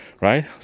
right